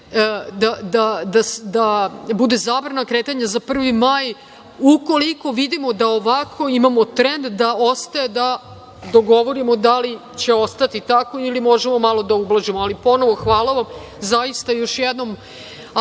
da bude zabrana kretanja za 1. maj. Ukoliko vidimo da imamo ovakav trend, da ostaje da dogovorimo da li će ostati tako ili možemo malo da ublažimo. Ponovo, hvala vam i zaista još jednom